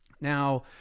Now